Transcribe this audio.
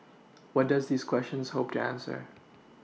what does these questions hope to answer